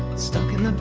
stuck in